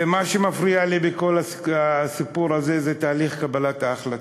ומה שמפריע לי בכל הסיפור הזה זה תהליך קבלת ההחלטות.